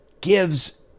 gives